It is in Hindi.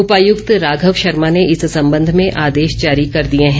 उपायुक्त राघव शर्मा ने इस संबंध में आदेश जारी कर दिए हैं